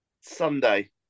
Sunday